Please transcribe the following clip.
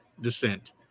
descent